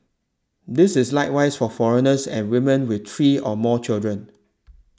this is likewise for foreigners and women with three or more children